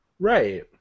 Right